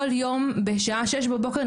כל יום בשעה שש בבוקר,